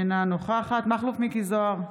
אינה נוכחת מכלוף מיקי זוהר,